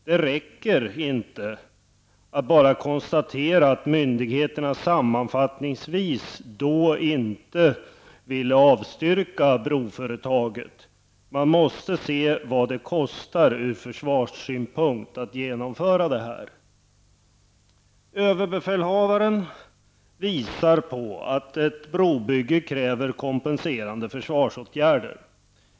Det räcker inte med att bara konstatera att myndigheterna sammanfattningsvis inte avstyrker broföretaget. Man måste se vad det kostar ur försvarssynpunkt att genomföra brobygget. Överbefälhavaren visar på att ett brobygge kräver kompenserande försvarsåtgärder.